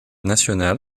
national